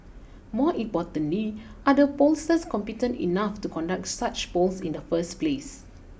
more importantly are the pollsters competent enough to conduct such polls in the first place